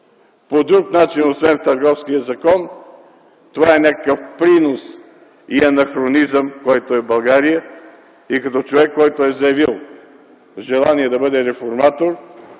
по друг начин освен в Търговския закон, това е някакъв принос и анахронизъм, който е в България. Като човек, който е заявил желание да бъде реформатор,